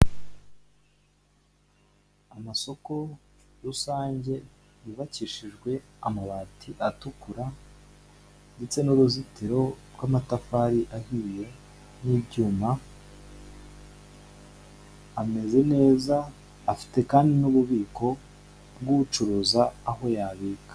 Amasoko rusange yubakishijwe amabati atukura, ndetse n'uruzitiro rw'amatafari ahiye, n'ibyuma ameze neza afite kandi n'ububiko bw'ucuruza aho yabika.